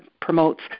promotes